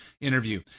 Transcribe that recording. interview